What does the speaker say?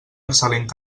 excel·lent